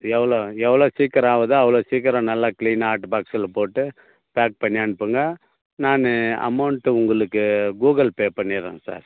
எவ்வளோ எவ்வளோ சீக்கிரம் ஆகுதோ அவ்வளோ சீக்கிரம் நல்லா க்ளீன்னா ஹாட் பாக்ஸுல் போட்டு பேக் பண்ணி அனுப்புங்கள் நானு அமௌண்ட்டு உங்களுக்கு கூகுள்பே பண்ணிகிறேங்க சார்